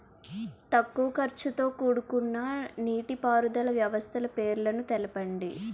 తక్కువ ఖర్చుతో కూడుకున్న నీటిపారుదల వ్యవస్థల పేర్లను తెలపండి?